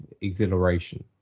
exhilaration